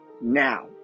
now